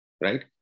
right